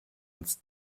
ganz